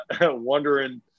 wondering